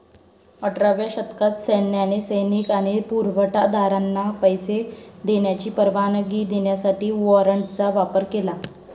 अठराव्या शतकात सैन्याने सैनिक आणि पुरवठा दारांना पैसे देण्याची परवानगी देण्यासाठी वॉरंटचा वापर केला